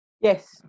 Yes